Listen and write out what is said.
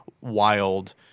wild